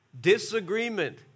Disagreement